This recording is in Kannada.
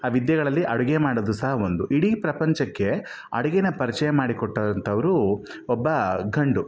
ಆ ವಿದ್ಯೆಗಳಲ್ಲಿ ಅಡುಗೆ ಮಾಡೋದು ಸಹ ಒಂದು ಇಡೀ ಪ್ರಪಂಚಕ್ಕೆ ಅಡುಗೇನ ಪರಿಚಯ ಮಾಡಿ ಕೊಟ್ಟಂಥವ್ರು ಒಬ್ಬ ಗಂಡು